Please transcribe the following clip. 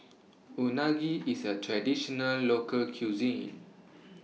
Unagi IS A Traditional Local Cuisine